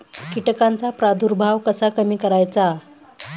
कीटकांचा प्रादुर्भाव कसा कमी करायचा?